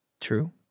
True